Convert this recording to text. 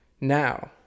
Now